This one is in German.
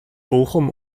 bochum